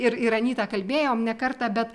ir ir anytą kalbėjom ne kartą bet